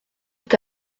est